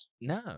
No